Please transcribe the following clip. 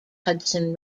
hudson